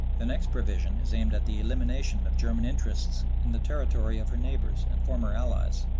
the next provision is aimed at the elimination of german interests in the territory of her neighbors and former allies,